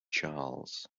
charles